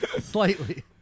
slightly